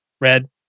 red